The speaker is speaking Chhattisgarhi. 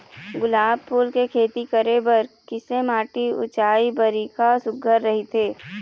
गुलाब फूल के खेती करे बर किसे माटी ऊंचाई बारिखा सुघ्घर राइथे?